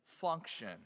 function